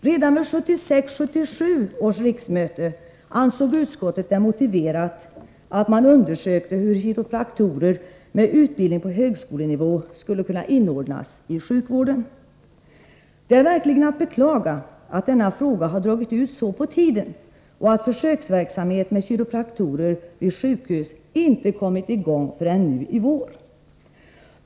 Redan vid 1976/77 års riksmöte ansåg utskottet det motiverat att man undersökte hur kiropraktorer med utbildning på högskolenivå skulle kunna inordnas i sjukvården. Det är verkligen att beklaga, att denna fråga har dragit ut så på tiden och att försöksverksamheten med kiropraktorer vid sjukhus inte kommit i gång förrän nu i vår.